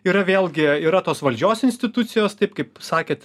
yra vėlgi yra tos valdžios institucijos taip kaip sakėt